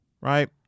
right